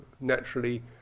Naturally